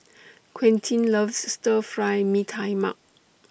Quentin loves Stir Fry Mee Tai Mak